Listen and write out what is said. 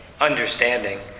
understanding